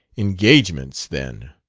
engagements, then.